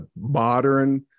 modern